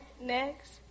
next